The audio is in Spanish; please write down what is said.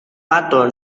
pato